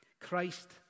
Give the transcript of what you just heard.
Christ